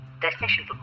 Destination